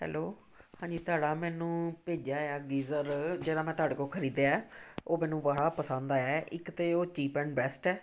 hello ਹਾਂਜੀ ਤੁਹਾਡਾ ਮੈਨੂੰ ਭੇਜਿਆ ਆ ਗੀਜ਼ਰ ਜਿਹੜਾ ਮੈਂ ਤੁਹਾਡੇ ਕੋਲੋਂ ਖਰੀਦਿਆ ਉਹ ਮੈਨੂੰ ਬੜਾ ਪਸੰਦ ਆਇਆ ਇੱਕ ਤਾਂ ਉਹ ਚੀਪ ਐਂਡ ਬੈਸਟ ਹੈ